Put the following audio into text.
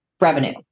revenue